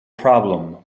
problem